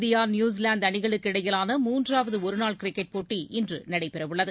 India New Zealand அணிகளுக்கு இடையிலான மூன்றாவது ஒருநாள் கிரிக்கெட் போட்டி இன்று நடைபெறவுள்ளது